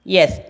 Yes